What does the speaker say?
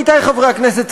עמיתי חברי הכנסת,